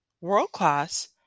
world-class